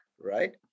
right